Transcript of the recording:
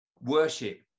worship